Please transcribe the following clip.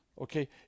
okay